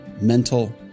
mental